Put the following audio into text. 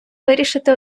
вирішити